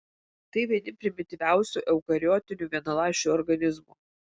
tai vieni primityviausių eukariotinių vienaląsčių organizmų